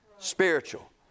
Spiritual